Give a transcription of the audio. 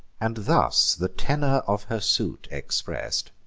and thus the tenor of her suit express'd